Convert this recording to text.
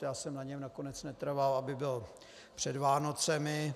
Já jsem na něm nakonec netrval, aby byl před Vánocemi.